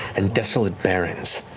and desolate barrens.